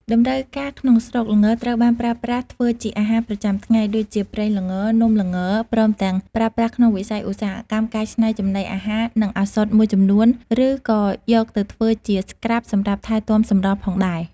តម្រូវការក្នុងស្រុក ល្ងត្រូវបានប្រើប្រាស់ធ្វើជាអាហារប្រចាំថ្ងៃ ដូចជាប្រេងល្ង នំល្ង ព្រមទាំងប្រើប្រាស់ក្នុងវិស័យឧស្សាហកម្មកែច្នៃចំណីអាហារ និងឱសថមួយចំនួន ឬក៏យកទៅធ្វើជាស្រ្កាប់សម្រាប់ថែទាំសម្រស់ផងដែរ។